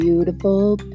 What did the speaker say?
Beautiful